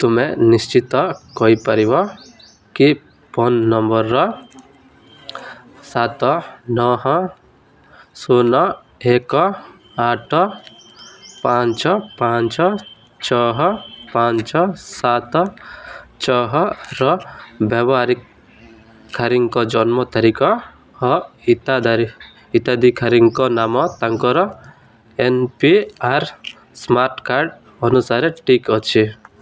ତୁମେ ନିଶ୍ଚିତ କରିପାରିବ କି ଫୋନ୍ ନମ୍ବର୍ ସାତ ନଅ ଶୂନ ଏକ ଆଠ ପାଞ୍ଚ ପାଞ୍ଚ ଛଅ ପାଞ୍ଚ ସାତ ଛଅର ବ୍ୟବହାରକାରୀଙ୍କ ଜନ୍ମ ତାରିଖ ଓ ହିତାଧିକାରୀ ନାମ ତାଙ୍କ N P R smart card ଅନୁସାରେ ଠିକ୍ ଅଛି